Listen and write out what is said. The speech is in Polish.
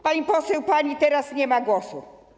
Pani poseł, pani teraz nie ma głosu.